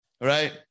Right